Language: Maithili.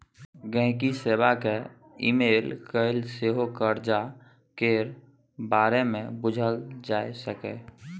गांहिकी सेबा केँ इमेल कए सेहो करजा केर बारे मे बुझल जा सकैए